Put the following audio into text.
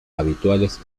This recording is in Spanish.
habituales